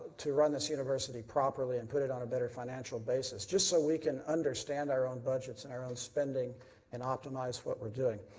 to run this university properly and put it on a better financial basis, just so we can understand our own budgets, and our own spending and optimize what we are doing.